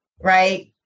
right